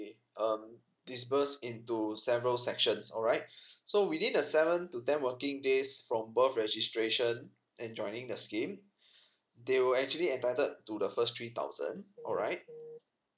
um disbursed into several sections alright so within the seven to ten working days from birth registration and joining the scheme they will actually entitled to the first three thousand alright